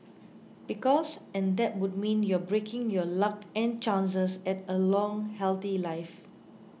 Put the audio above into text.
because and that would mean you're breaking your luck and chances at a long healthy life